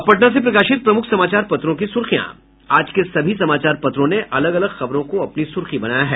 अब पटना से प्रकाशित प्रमुख समाचार पत्रों की सुर्खियां आज के सभी समाचार पत्रों ने अलग अलग खबरों को अपनी सुर्खी बनाया है